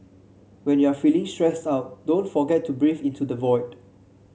when you are feeling stressed out don't forget to breathe into the void